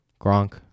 Gronk